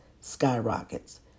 skyrockets